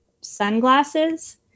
sunglasses